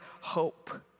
hope